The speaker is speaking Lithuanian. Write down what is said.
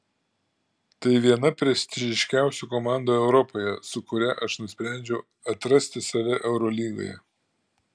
tai viena prestižiškiausių komandų europoje su kuria aš nusprendžiau atrasti save eurolygoje